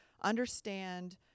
understand